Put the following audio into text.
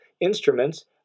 instruments